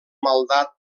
maldat